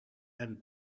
and